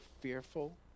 fearful